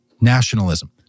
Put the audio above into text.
nationalism